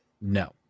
No